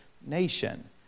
nation